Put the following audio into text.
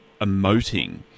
emoting